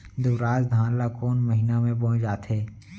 दुबराज धान ला कोन महीना में बोये जाथे?